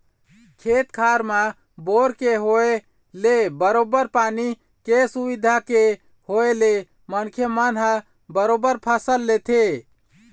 खेत खार म बोर के होय ले बरोबर पानी के सुबिधा के होय ले मनखे मन ह बरोबर फसल लेथे